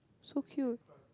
so cute